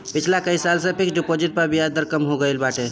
पिछला कई साल से फिक्स डिपाजिट पअ बियाज दर कम हो गईल बाटे